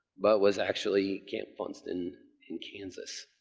but was actually camp funston in kansas.